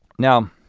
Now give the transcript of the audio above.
now,